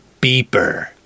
beeper